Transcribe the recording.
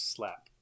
Slap